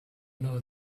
know